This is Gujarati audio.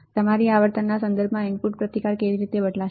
તમારી આવર્તનના સંદર્ભમાં ઇનપુટ પ્રતિકાર કેવી રીતે બદલાશે